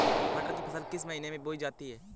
मटर की फसल किस महीने में बोई जाती है?